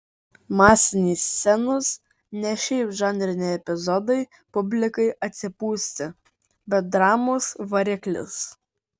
masinės scenos ne šiaip žanriniai epizodai publikai atsipūsti bet dramos variklis